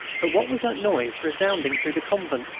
but what was that noise resounding through the convent?